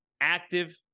active